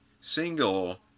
single